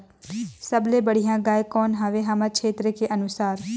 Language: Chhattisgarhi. सबले बढ़िया गाय कौन हवे हमर क्षेत्र के अनुसार?